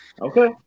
Okay